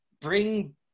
bring